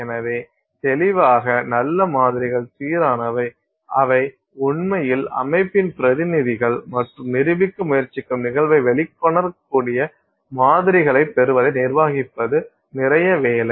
எனவே தெளிவாக நல்ல மாதிரிகள் சீரானவை அவை உண்மையில் அமைப்பின் பிரதிநிதிகள் மற்றும் நிரூபிக்க முயற்சிக்கும் நிகழ்வை வெளிக்கொணரக்கூடிய மாதிரிகளைப் பெறுவதை நிர்வகிப்பது நிறைய வேலை